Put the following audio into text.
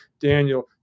daniel